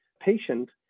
patient